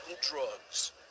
drugs